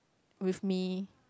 with me